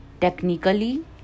Technically